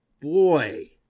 boy